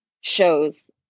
shows